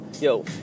yo